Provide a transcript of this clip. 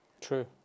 True